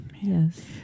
Yes